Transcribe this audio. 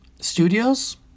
Studios